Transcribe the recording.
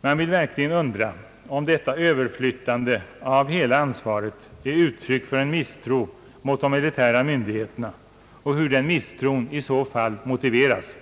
Man vill verkligen undra om detta överfiyttande av hela ansvaret är uttryck för en misstro mot de militära myndigheterna, och hur den misstron i så fall motiveras.